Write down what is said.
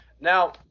now